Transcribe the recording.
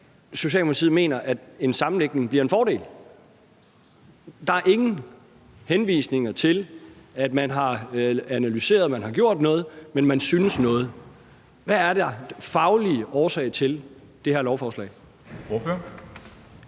Socialdemokratiet mener, at en sammenlægning bliver en fordel? Der er ingen henvisning til, at man har analyseret og gjort noget, men man synes noget. Hvad den faglige årsag til det her lovforslag?